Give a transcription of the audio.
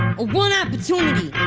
or one opportunity